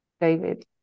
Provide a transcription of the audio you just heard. David